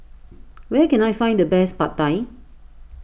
where can I find the best Pad Thai